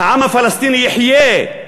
העם הפלסטיני יחיה,